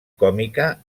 còmica